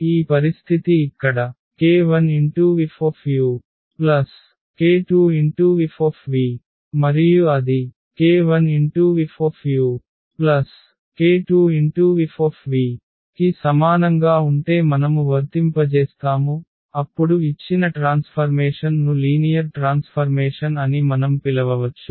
ఈ పరిస్థితి ఇక్కడ Fk1uk2v మరియు అది k1Fuk2Fv కి సమానంగా ఉంటే మనము వర్తింపజేస్తాము అప్పుడు ఇచ్చిన ట్రాన్స్ఫర్మేషన్ ను లీనియర్ ట్రాన్స్ఫర్మేషన్ అని మనం పిలవవచ్చు